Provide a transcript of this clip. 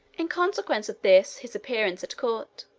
in consequence of this his appearance at court,